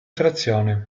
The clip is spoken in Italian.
frazione